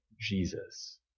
Jesus